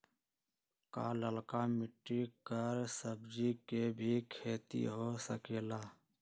का लालका मिट्टी कर सब्जी के भी खेती हो सकेला?